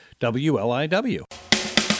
wliw